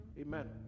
Amen